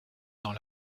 dans